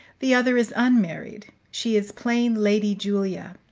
the other is unmarried she is plain lady julia.